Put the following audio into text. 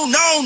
no